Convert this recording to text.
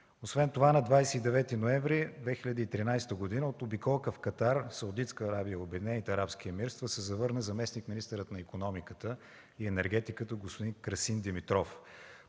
Освен това на 29 ноември 2013 г. от обиколка в Катар, Саудитска арабия и Обединените арабски емирства се завърна заместник-министърът на икономиката и енергетиката господин Красин Димитров.